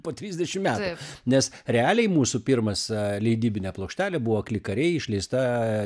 po trisdešim metų nes realiai mūsų pirmas leidybinė plokštelė buvo klikariai išleista